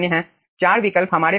4 विकल्प हमारे पास हैं